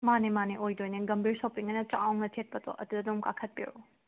ꯃꯥꯅꯦ ꯃꯥꯅꯦ ꯑꯣꯏꯗꯣꯏꯅꯦ ꯒꯝꯕꯤꯔ ꯁꯣꯄꯤꯡ ꯍꯥꯏꯅ ꯆꯥꯎꯅ ꯊꯦꯠꯄꯗꯣ ꯑꯗꯨꯗ ꯑꯗꯨꯝ ꯀꯥꯈꯠꯄꯤꯔꯛꯑꯣ